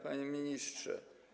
Panie Ministrze!